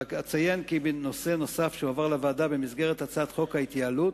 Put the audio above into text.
אציין כי נושא נוסף שהועבר לוועדה במסגרת הצעת חוק ההתייעלות,